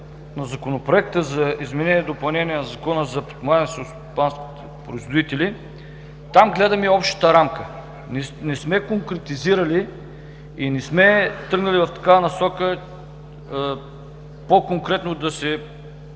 на Законопроекта за изменение и допълнение на Закона за подпомагане на селскостопанските производители, гледаме общата рамка. Не сме конкретизирали и не сме тръгнали в насока по-конкретно да се